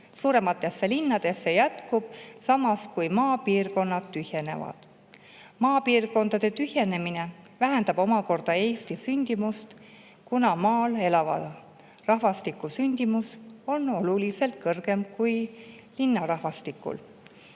suurematesse linnadesse jätkub, samas kui maapiirkonnad tühjenevad. Maapiirkondade tühjenemine vähendab omakorda Eestis sündimust, kuna maal elava rahvastiku sündimus on oluliselt kõrgem kui linnarahvastikul.